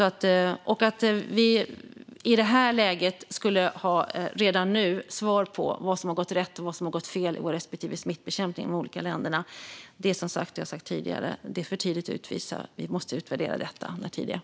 Att vi redan nu i det här läget skulle ha svar på vad som har gått rätt och vad som har gått fel i de olika ländernas smittbekämpning är för tidigt att utvisa, som jag har sagt tidigare. Vi måste utvärdera detta när tid är.